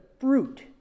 fruit